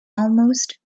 almost